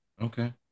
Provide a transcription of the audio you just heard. Okay